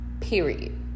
period